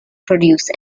produce